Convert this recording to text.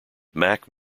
mac